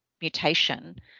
mutation